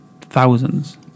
thousands